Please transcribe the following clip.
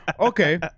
Okay